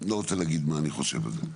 אני לא רוצה להגיד מה אני חושב על זה.